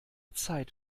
zeit